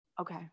okay